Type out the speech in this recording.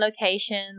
location